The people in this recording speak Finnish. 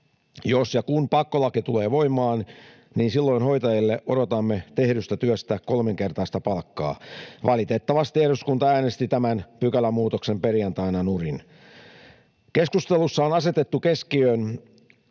Jos ja kun pakkolaki tulee voimaan, niin silloin hoitajille odotamme tehdystä työstä kolminkertaista palkkaa. Valitettavasti eduskunta äänesti tämän pykälämuutoksen perjantaina nurin. Keskustelussa on asetettu keskiöön,